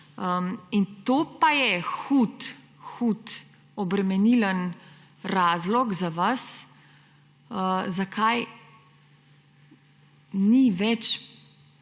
To pa je zelo hud obremenilen razlog za vas, zakaj ni več